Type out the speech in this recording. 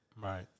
right